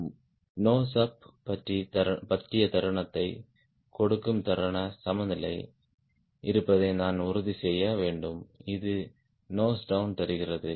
G nose up பற்றிய தருணத்தைக் கொடுக்கும் தருண சமநிலை இருப்பதை நான் உறுதி செய்ய வேண்டும் இது நோஸ் டவுண் தருகிறது